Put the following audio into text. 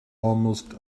almost